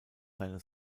seine